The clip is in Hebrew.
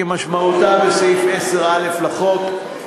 כמשמעותה בסעיף 10א לחוק,